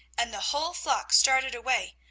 and the whole flock started away,